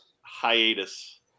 hiatus